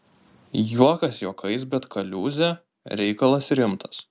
juokas juokais bet kaliūzė reikalas rimtas